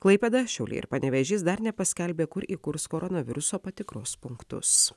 klaipėda šiauliai ir panevėžys dar nepaskelbė kur įkurs koronaviruso patikros punktus